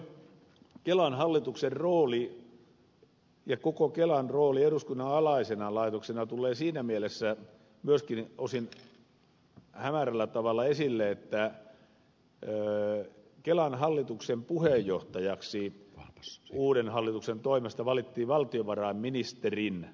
samoin kelan hallituksen rooli ja koko kelan rooli eduskunnan alaisena laitoksena tulee siinä mielessä myöskin osin hämärällä tavalla esille kun kelan hallituksen puheenjohtajaksi uuden hallituksen toimesta valittiin valtiovarainministerin valtiosihteeri